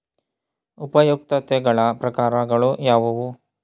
ಉಪಯುಕ್ತತೆಗಳ ಪ್ರಕಾರಗಳು ಯಾವುವು?